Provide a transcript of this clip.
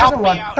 but one